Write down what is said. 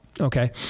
okay